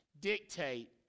dictate